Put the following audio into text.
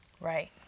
Right